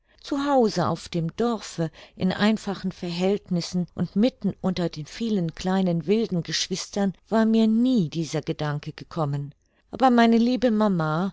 zu haus auf dem dorfe in einfachen verhältnissen und mitten unter den vielen kleinen wilden geschwistern war mir nie dieser gedanke gekommen aber meine liebe mama